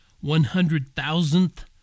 one-hundred-thousandth